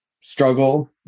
struggle